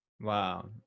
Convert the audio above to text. Wow